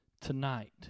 Tonight